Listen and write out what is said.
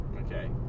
Okay